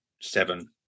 seven